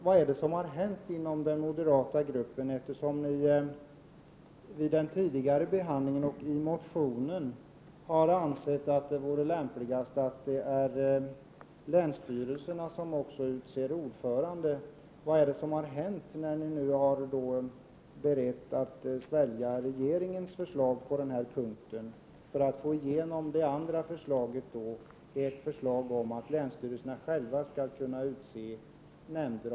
Vad är det som har hänt inom den moderata gruppen, Bertil Danielsson, eftersom ni vid den tidigare behandlingen och i motionen har ansett att det vore lämpligast att länsstyrelserna också utser ordförande? Vad är det som har hänt, när ni nu är beredda att svälja regeringens förslag på denna punkt för att få igenom ert förslag om att länsstyrelserna, om det behövs, själva skall kunna utse nämnder?